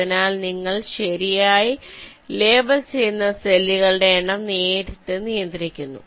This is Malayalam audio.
അതിനാൽ നിങ്ങൾ ശരിയായി ലേബൽ ചെയ്യുന്ന സെല്ലുകളുടെ എണ്ണം നേരിട്ട് നിയന്ത്രിക്കുന്നു